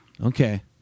Okay